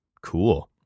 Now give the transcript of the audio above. Cool